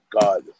God